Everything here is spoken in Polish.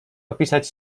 opisać